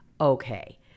Okay